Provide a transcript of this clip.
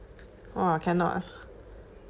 !wah! cannot